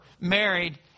married